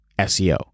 SEO